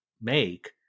make